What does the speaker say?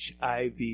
HIV